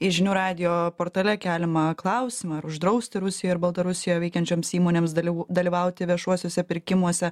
į žinių radijo portale keliamą klausimą ar uždrausti rusijoj ir baltarusijoje veikiančioms įmonėms daly dalyvauti viešuosiuose pirkimuose